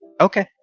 Okay